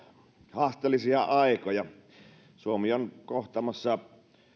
haasteellisia aikoja suomi on kohtaamassa